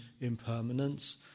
impermanence